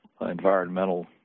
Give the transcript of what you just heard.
environmental